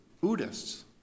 Buddhists